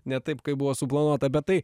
ne taip kaip buvo suplanuota bet tai